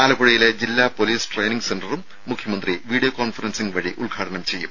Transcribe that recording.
ആലപ്പുഴയിലെ ജില്ലാ police training സെന്ററും മുഖ്യമന്ത്രി വീഡിയോ കോൺഫറൻസിംഗ് വഴി ഉദ്ഘാടനം ചെയ്യും